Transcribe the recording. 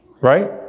right